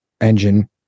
engine